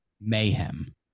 mayhem